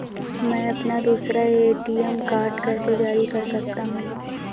मैं अपना दूसरा ए.टी.एम कार्ड कैसे जारी कर सकता हूँ?